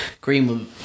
Greenwood